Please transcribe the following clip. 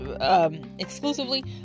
exclusively